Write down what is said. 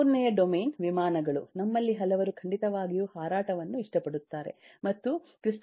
ಮೂರನೆಯ ಡೊಮೇನ್ ವಿಮಾನಗಳು ನಮ್ಮಲ್ಲಿ ಹಲವರು ಖಂಡಿತವಾಗಿಯೂ ಹಾರಾಟವನ್ನು ಇಷ್ಟಪಡುತ್ತಾರೆ ಮತ್ತು ಕ್ರಿ